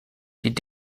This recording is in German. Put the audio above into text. die